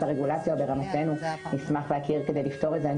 הרגולציה או ברמתנו נשמח להכיר כדי לפתור את זה.